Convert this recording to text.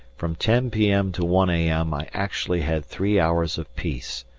from ten p m. to one a m. i actually had three hours of peace,